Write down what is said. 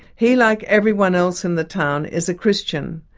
he, like everyone else in the town is a christian.